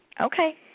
Okay